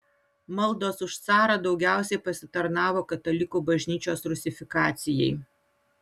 maldos už carą daugiausiai pasitarnavo katalikų bažnyčios rusifikacijai